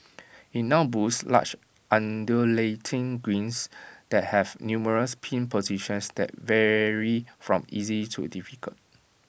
IT now boasts large undulating greens that have numerous pin positions that vary from easy to difficult